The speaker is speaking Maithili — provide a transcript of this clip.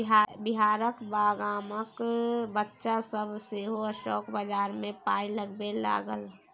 बिहारक गामक बच्चा सभ सेहो स्टॉक बजार मे पाय लगबै लागल